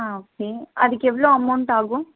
okay அதுக்கு எவ்வளோ amount ஆகும்